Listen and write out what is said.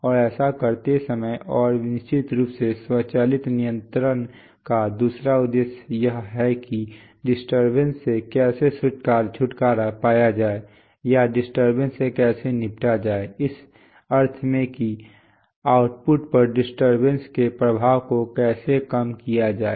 और ऐसा करते समय और निश्चित रूप से स्वचालित नियंत्रण का दूसरा उद्देश्य यह है कि डिस्टरबेंस से कैसे छुटकारा पाया जाए या डिस्टरबेंस से कैसे निपटा जाए इस अर्थ में कि आउटपुट पर डिस्टरबेंस के प्रभाव को कैसे कम किया जाए